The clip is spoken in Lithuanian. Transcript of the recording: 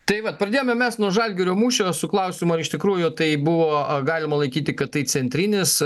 tai vat pradėjome mes nuo žalgirio mūšio su klausimu ar iš tikrųjų tai buvo galima laikyti kad tai centrinis